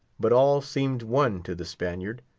but all seemed one to the spaniard.